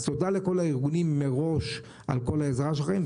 תודה לכל הארגונים מראש על כל העזרה שלכם,